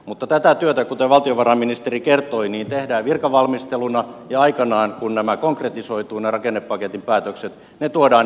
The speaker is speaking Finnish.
mutta tätä työtä kuten valtiovarainministeri kertoi tehdään virkavalmisteluna ja aikanaan kun nämä rakennepaketin päätökset konkretisoituvat ne tuodaan eduskunnan arvioitaviksi